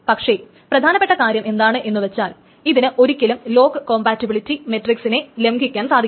പക്ഷേ പ്രധാനപ്പെട്ട കാര്യം എന്താണെന്ന് വെച്ചാൽ ഇതിന് ഒരിക്കലും ലോക്ക് കോംപാക്ടബിലിറ്റി മെട്രിക്സിനെ ലംഘിക്കാൻ സാധിക്കില്ല